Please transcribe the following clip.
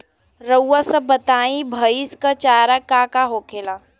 रउआ सभ बताई भईस क चारा का का होखेला?